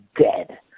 dead